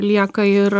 lieka ir